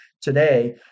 today